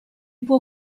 può